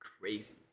crazy